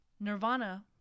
Nirvana